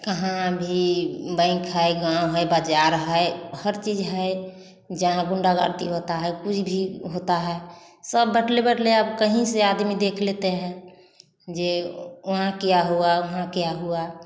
कहाँ भी बएँक है गाँव है बज़ार है हर चीज़ है जहाँ गुंडागर्दी होता है कुछ भी होता है सब अब कहीं से आदमी देख लेते हैं जे वहाँ क्या हुआ वहाँ क्या हुआ